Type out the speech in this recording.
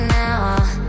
now